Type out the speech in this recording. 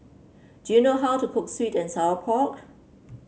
do you know how to cook sweet and Sour Pork